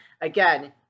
Again